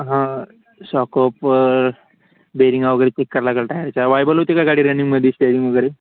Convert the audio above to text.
हां shock up bearing वगैरे check करायला लागेल टायरचा वाईबल होते का गाडी रनिंगमध्ये स्टेरिंग वगैरे